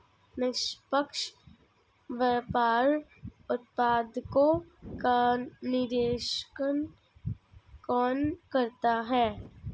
निष्पक्ष व्यापार उत्पादकों का निरीक्षण कौन करता है?